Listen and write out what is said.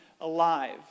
alive